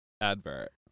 advert